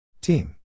Team